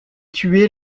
tué